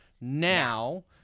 now